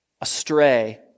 astray